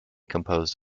composed